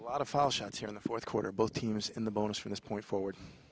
out of fall shots here in the fourth quarter both teams in the bonus from this point forward